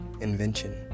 invention